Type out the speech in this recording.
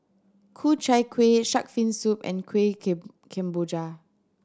Ku Chai Kuih shark fin soup and kueh kemboja